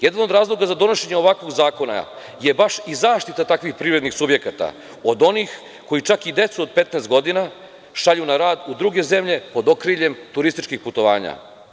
Jedan od razloga za donošenje ovakvog zakona je baš i zaštita takvih privrednih subjekata od onih koji čak i decu od 15 godina šalju na rad u druge zemlje pod okriljem turističkih putovanja.